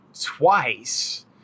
twice